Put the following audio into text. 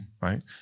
right